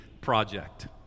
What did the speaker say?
project